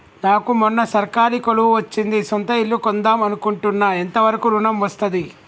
నాకు మొన్న సర్కారీ కొలువు వచ్చింది సొంత ఇల్లు కొన్దాం అనుకుంటున్నా ఎంత వరకు ఋణం వస్తది?